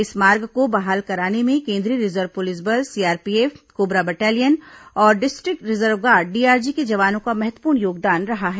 इस मार्ग को बहाल कराने में केंद्रीय रिजर्व पुलिस बल सीआरपीएफ कोबरा बटालियन और डिस्ट्रिक्ट रिजर्व गार्ड डीआरजी के जवानों का महत्वपूर्ण योगदान रहा है